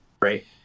Right